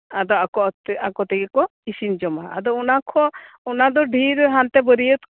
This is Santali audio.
ᱟᱫᱚ ᱟᱠᱚ ᱛᱮ ᱟᱠᱚ ᱛᱮᱜᱮ ᱠᱚ ᱤᱥᱤᱱ ᱡᱚᱢᱟ ᱟᱫᱚ ᱚᱱᱟ ᱠᱚ ᱚᱱᱟ ᱫᱚ ᱰᱷᱤᱨ ᱦᱟᱱᱛᱮ ᱵᱟᱹᱨᱭᱟᱹᱛ